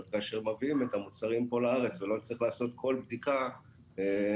כאשר מביאים את המוצרים פה לארץ ולא נצטרך לעשות כל בדיקה מחדש.